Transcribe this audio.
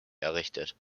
errichtet